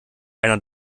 einer